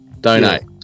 Donate